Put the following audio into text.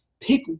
Pick